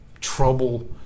trouble